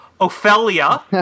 Ophelia